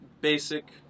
basic